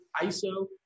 ISO